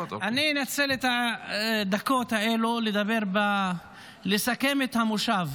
אני אנצל את הדקות האלה כדי לסכם את המושב,